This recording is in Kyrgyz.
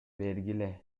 бергиле